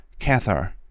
Cathar